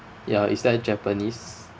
ya is there a japanese